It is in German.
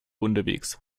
unterwegs